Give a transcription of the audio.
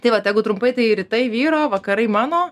tai vat jegu trumpai tai rytai vyro vakarai mano